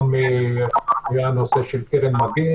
גם היה נושא של קרן הבן,